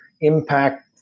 impact